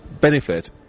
benefit